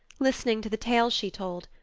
listening to the tales she told,